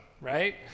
right